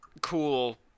Cool